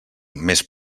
més